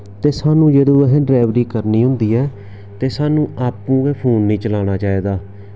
ते साह्नूं जदूं असें ड्रैवरी करनी होंदी ऐ ते साह्नूं आपूं गै फोन निं चलाना चाहिदा